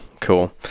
Cool